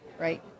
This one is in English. right